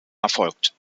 erfolgt